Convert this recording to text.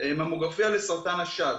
ממוגרפיה לסרטן השד,